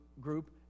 group